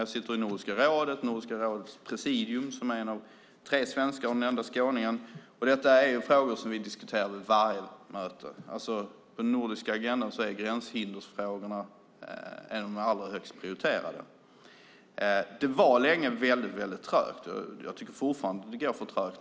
Jag sitter i Nordiska rådet och i Nordiska rådets presidium som en av tre svenskar och den enda skåningen. Detta är frågor som vi diskuterar vid varje möte. På den nordiska agendan är gränshindersfrågorna bland de allra högst prioriterade. Det var länge väldigt trögt. Jag tycker fortfarande att det går för trögt.